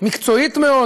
מקצועית מאוד.